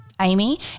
Amy